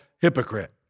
hypocrite